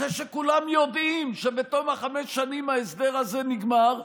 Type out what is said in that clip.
אחרי שכולם יודעים שבתום חמש השנים ההסדר הזה נגמר,